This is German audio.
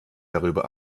darüber